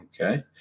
Okay